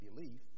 belief